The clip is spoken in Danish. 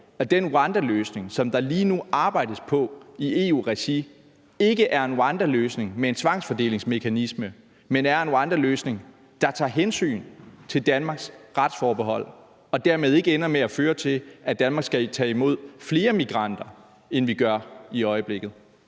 at den rwandaløsning, som der lige nu arbejdes på i EU-regi, ikke er en rwandaløsning med en tvangsfordelingsmekanisme, men er en rwandaløsning, der tager hensyn til Danmarks retsforbehold og dermed ikke ender med at føre til, at Danmark skal tage imod flere migranter, end vi gør i øjeblikket?